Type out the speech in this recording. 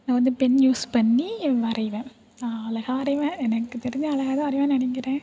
நான் வந்து pen use பண்ணி வரையுவேன் நான் அழகா வரைவேன் எனக்கு தெரிஞ்சு அழகா தான் வரைவேன்னு நினைக்குறேன்